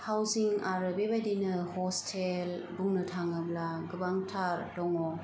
housing आरो बे बायदिनो हस्टेल बुंनो थाङोब्ला गोबांथार दङ